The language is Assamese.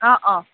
অঁ অঁ